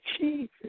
Jesus